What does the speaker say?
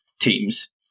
teams